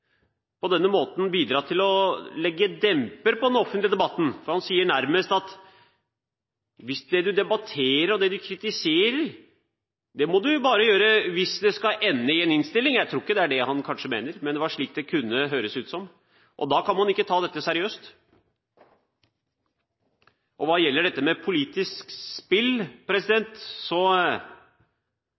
på denne måten kanskje indirekte vil bidra til å legge en demper på den offentlige debatten. Han sier nærmest: Hvis dere debatterer og kritiserer – må dere bare gjøre det hvis det skal ende i en innstilling. Jeg tror kanskje ikke det er det han mener, men det var slik det kunne høres ut. Da kan man ikke ta dette seriøst. Hva gjelder dette med politisk spill